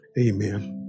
Amen